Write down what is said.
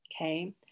okay